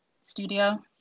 studio